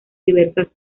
diversas